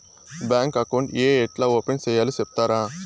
Bank account ఏ ఎట్లా open సేయాలి సెప్తారా?